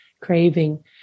craving